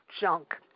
Junk